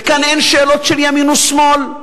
וכאן אין שאלות של ימין ושמאל,